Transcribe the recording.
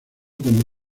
como